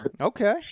Okay